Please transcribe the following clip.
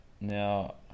Now